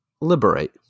Liberate